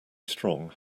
strong